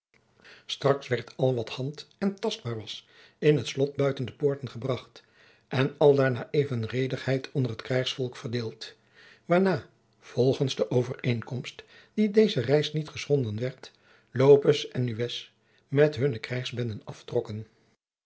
straks werd al wat hand en tastbaar was in het slot buiten de poorten gebracht en aldaar naar evenredigheid onder het krijgsvolk verdeeld waarna volgens de overeenkomst die deze reis niet geschonden werd lopez en nunez met hunne krijgsbenden aftrokken